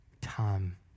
Time